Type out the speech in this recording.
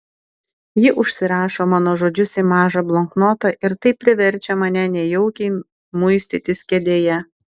ji užsirašo mano žodžius į mažą bloknotą ir tai priverčia mane nejaukiai muistytis kėdėje